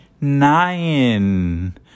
Nine